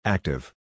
Active